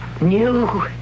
new